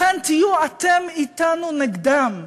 לכן תהיו אתם אתנו נגדם,